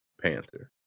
Panther